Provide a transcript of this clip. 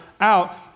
out